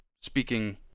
speaking